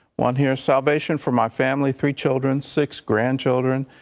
one here salvation for my family three children six grandchildren,